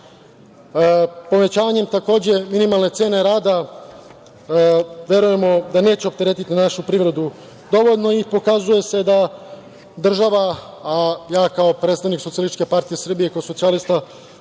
privreda. Povećavanjem, takođe, minimalne cene rada verujemo da neće opteretiti našu privredu dovoljno i pokazuje se da država, a ja ka predstavnik Socijalističke partije Srbije, kao socijalista,